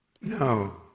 no